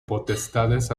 potestades